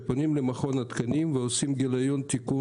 שפונים למכון התקנים ועושים גיליון תיקון,